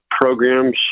programs